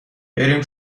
بریم